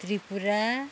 Tripura